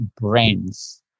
brands